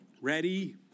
ready